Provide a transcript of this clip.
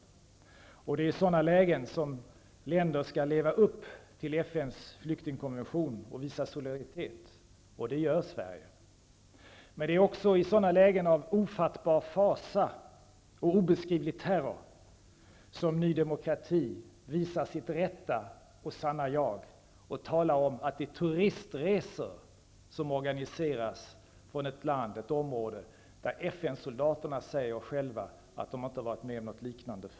Det är i sådana lägen länder skall leva upp till FN:s flyktingkonvention och visa solidaritet, och det gör Sverige. Men det är också i sådana lägen av ofattbar fasa och obeskrivlig terror som Ny demokrati visar sitt sanna och rätta jag och talar om att det är turistresor som organiseras från ett område där FN-soldaterna säger att det inte tidigare varit med om någonting liknande.